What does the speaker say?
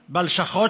בקואליציה,